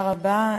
תודה רבה.